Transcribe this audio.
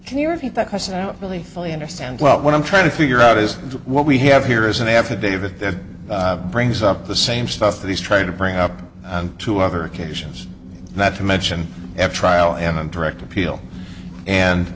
can you repeat that question really fully understand well what i'm trying to figure out is what we have here is an affidavit that brings up the same stuff that he's tried to bring up to other occasions not to mention at trial and a direct appeal and